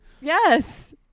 yes